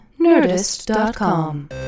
Nerdist.com